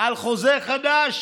על חוזה חדש